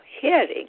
hearing